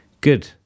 Good